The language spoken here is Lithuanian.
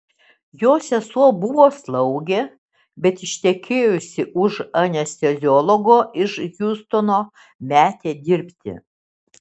jo sesuo buvo slaugė bet ištekėjusi už anesteziologo iš hjustono metė dirbti